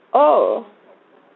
oh